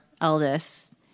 eldest